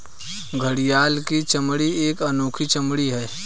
घड़ियाल की चमड़ी एक अनोखी चमड़ी है